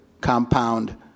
compound